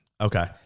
Okay